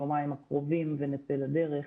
יומיים הקרובים ונצא לדרך.